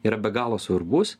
yra be galo svarbus